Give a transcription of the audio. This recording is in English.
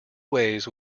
ways